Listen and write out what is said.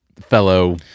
fellow